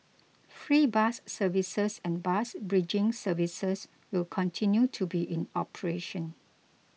free bus services and bus bridging services will continue to be in operation